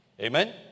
Amen